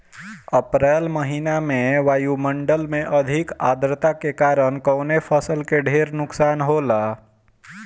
अप्रैल महिना में वायु मंडल में अधिक आद्रता के कारण कवने फसल क ढेर नुकसान होला?